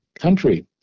country